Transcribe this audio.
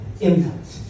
Impact